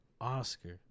Oscar